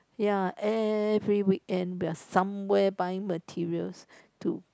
ya every weekend we are somewhere buying materials to